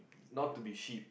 not to be sheep